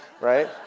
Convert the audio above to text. right